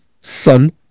son